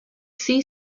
see